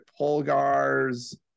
Polgar's